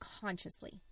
consciously